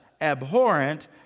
abhorrent